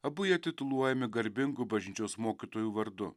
abu jie tituluojami garbingu bažnyčios mokytojų vardu